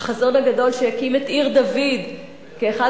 החזון הגדול שהקים את עיר-דוד כאחד